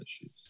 issues